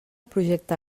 projecte